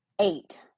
Eight